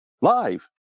live